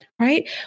right